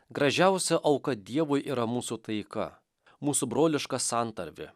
gražiausia auka dievui yra mūsų taika mūsų broliška santarvė